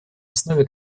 основе